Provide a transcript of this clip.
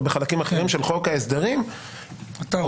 בחלקים אחרים של חוק ההסדרים -- אתה רואה את הקשר.